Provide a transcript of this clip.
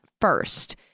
first